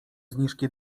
zniżki